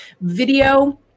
video